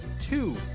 Two